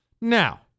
Now